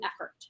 effort